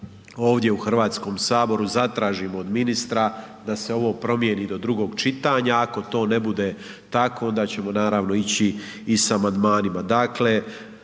ovdje u Hrvatskom saboru zatražimo od ministra da se ovo promijeni do drugog čitanja, ako to ne bude tako onda ćemo naravno ići i sa amandmanima.